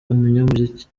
umunyamuziki